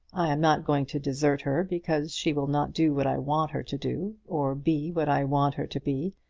i am not going to desert her because she will not do what i want her to do, or be what i want her to be.